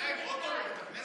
נוסע עם אוטו לבית-הכנסת?